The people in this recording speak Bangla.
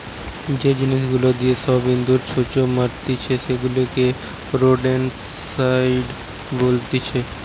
যে জিনিস গুলা দিয়ে সব ইঁদুর, ছুঁচো মারতিছে সেগুলাকে রোডেন্টসাইড বলতিছে